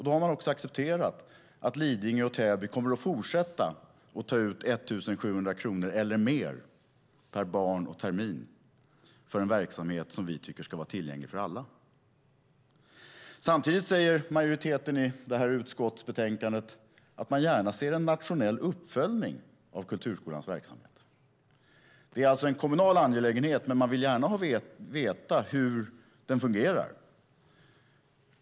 Då har man också accepterat att Lidingö och Täby kommer att fortsätta ta ut 1 700 kronor eller mer per barn och termin för en verksamhet som vi tycker ska vara tillgänglig för alla. Samtidigt säger majoriteten i det här utskottsbetänkandet att man gärna ser en nationell uppföljning av kulturskolans verksamhet. Det är alltså en kommunal angelägenhet, men man vill gärna veta hur den fungerar.